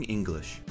English，